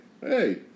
hey